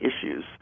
issues